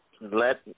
let